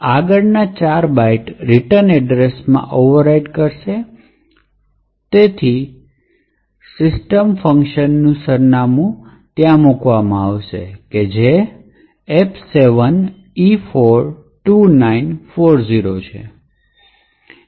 આગળના ચાર bytes return address માં ઓવરરાઇડ કરશે તેથી બંધારણમાં સિસ્ટમ ફંક્શનનું સરનામું મૂકવામાં આવશે જે F7E42940 છે